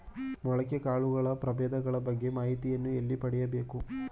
ಮೊಳಕೆ ಕಾಳುಗಳ ಪ್ರಭೇದಗಳ ಬಗ್ಗೆ ಮಾಹಿತಿಯನ್ನು ಎಲ್ಲಿ ಪಡೆಯಬೇಕು?